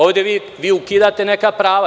Ovde vi ukidate neka prava.